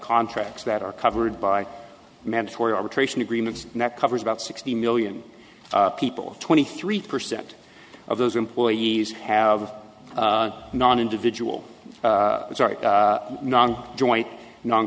contracts that are covered by mandatory arbitration agreements and that covers about sixty million people twenty three percent of those employees have non individual which are non joint non